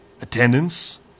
attendance